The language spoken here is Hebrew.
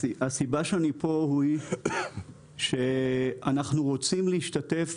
הסיבה שאני פה היא שאנחנו רוצים להשתתף